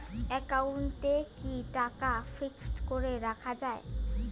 একাউন্টে কি টাকা ফিক্সড করে রাখা যায়?